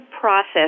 process